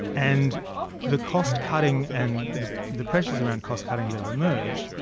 and the cost-cutting and the the pressures around cost-cutting that have emerged,